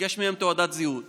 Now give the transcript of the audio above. ביקש מהם תעודת זהות